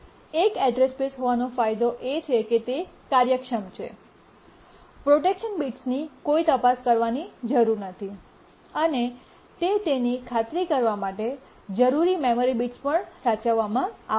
એક address space હોવાનો ફાયદો એ છે કે તે કાર્યક્ષમ છે પ્રોટેક્શન બિટ્સની કોઈ તપાસ કરવી જરૂરી નથી અને તે તેની ખાતરી કરવા માટે જરૂરી મેમરી બિટ્સ પર પણ સાચવવામાં આવે છે